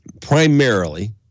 primarily